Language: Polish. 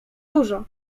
dużo